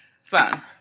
son